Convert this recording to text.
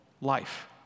life